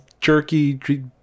jerky